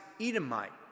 edomite